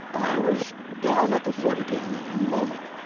i was down at the foot again, in a moment.